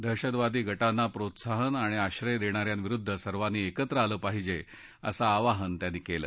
दहशतवादी गटांना प्रोत्साहन आणि आश्रय देणाऱ्यांविरुद्ध सर्वांनी एकत्र आलं पाहिजे असं आवाहन त्यांनी केलं